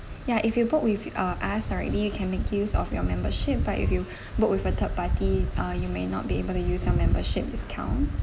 ya if you book with uh us already you can make use of your membership but if you book with a third party uh you may not be able to use our membership discount